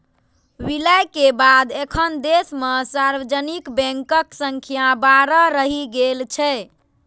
विलय के बाद एखन देश मे सार्वजनिक बैंकक संख्या बारह रहि गेल छै